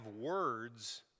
words